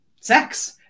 sex